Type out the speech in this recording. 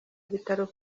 bitaro